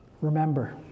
Remember